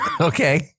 Okay